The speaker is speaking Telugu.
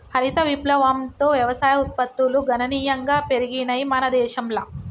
హరిత విప్లవంతో వ్యవసాయ ఉత్పత్తులు గణనీయంగా పెరిగినయ్ మన దేశంల